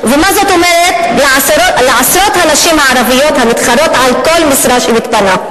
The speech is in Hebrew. ומה זאת אומרת לעשרות הנשים הערביות המתחרות על כל משרה שמתפנה?